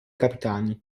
capitani